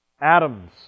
atoms